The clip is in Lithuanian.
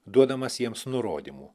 duodamas jiems nurodymų